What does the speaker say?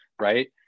right